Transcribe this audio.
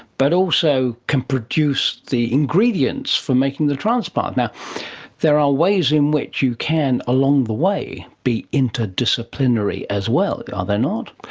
but also can produce the ingredients for making the transplant. there are ways in which you can along the way be interdisciplinary as well, are they not?